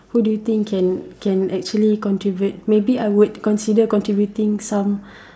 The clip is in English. who do you think can can actually contribute maybe I would consider contributing some